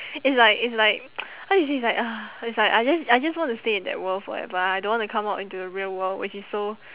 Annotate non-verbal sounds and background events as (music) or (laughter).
it's like it's like (noise) how do you say it's like ugh it's like I just I just want to stay in that world forever I I don't want to come out into the real world which is so